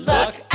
Look